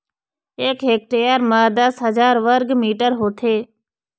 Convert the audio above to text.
एक हेक्टेयर म दस हजार वर्ग मीटर होथे